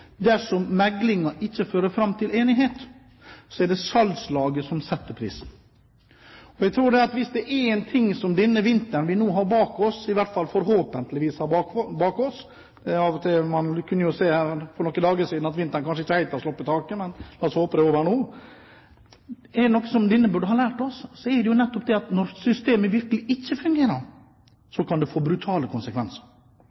ikke fører fram til enighet, er det salgslagene som setter prisen. Hvis det er én ting den vinteren vi nå har bak oss – i hvert fall forhåpentligvis har bak oss, vi kunne jo se for noen dager siden at vinteren kanskje ikke helt har sluppet taket, men la oss håpe det er over nå – burde ha lært oss, så er det at når systemet virkelig ikke fungerer,